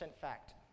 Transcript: fact